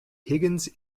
higgins